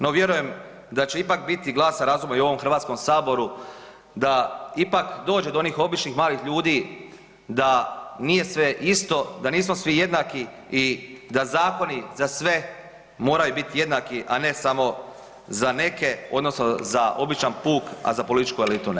No vjerujem, da će ipak biti glasa razuma i u ovom Hrvatskom saboru da ipak dođe do onih običnih malih ljudi da nije sve isto, da nismo svi jednaki i da zakoni za sve moraju biti jednaki, a ne samo za neke odnosno za običan puk, a za političku elitu ne.